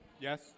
Yes